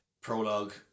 prologue